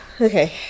Okay